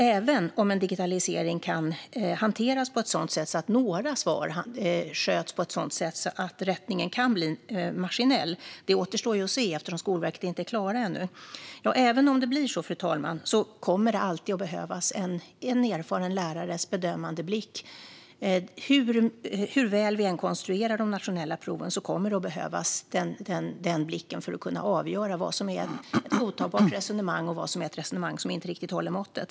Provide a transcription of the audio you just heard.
Även om en digitalisering kan göra att några svar kan rättas maskinellt - det återstår att se hur det blir, eftersom Skolverket inte är klara med detta ännu - kommer det alltid att behövas en erfaren lärares bedömande blick. Hur väl vi än konstruerar de nationella proven kommer den blicken att behövas för att kunna avgöra vad som är ett godtagbart resonemang och vad som är ett resonemang som inte riktigt håller måttet.